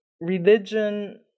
religion